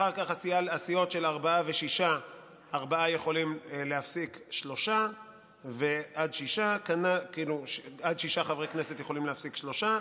אחר כך בסיעות של ארבעה עד שישה חברי כנסת יכולים להפסיק שלושה.